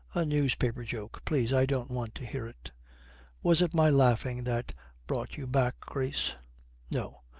a newspaper joke! please, i don't want to hear it was it my laughing that brought you back, grace no,